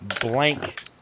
blank